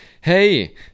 Hey